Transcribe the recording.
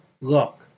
look